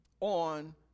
on